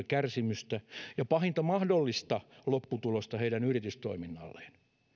kärsimystä ja pahinta mahdollista lopputulosta heidän yritystoiminnalleen